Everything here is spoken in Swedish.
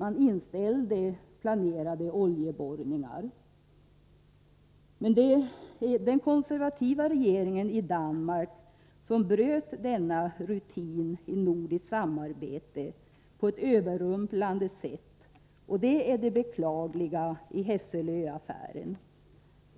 Man inställde planerade oljeborrningar. Men den konservativa regeringen i Danmark bröt denna rutin i nordiskt samarbete på ett överrumplande sätt, och det är det beklagliga i Hesselö-affären.